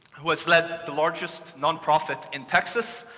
who has led the largest nonprofit in texas,